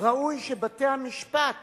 ראוי שבתי-המשפט